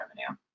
revenue